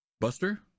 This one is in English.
Buster